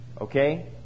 Okay